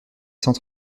cent